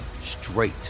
straight